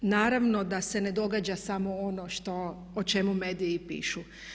Naravno da se ne događa samo ono što, o čemu mediji pišu.